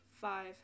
five